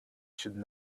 should